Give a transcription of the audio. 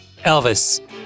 Elvis